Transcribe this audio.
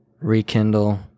rekindle